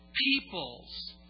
peoples